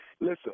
Listen